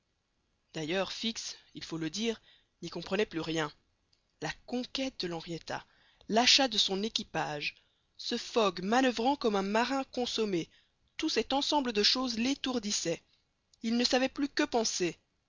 d'ailleurs fix il faut le dire n'y comprenait plus rien la conquête de l'henrietta l'achat de son équipage ce fogg manoeuvrant comme un marin consommé tout cet ensemble de choses l'étourdissait il ne savait plus que penser